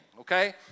Okay